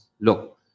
Look